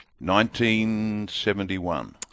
1971